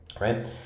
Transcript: right